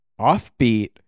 offbeat